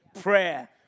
Prayer